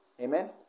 Amen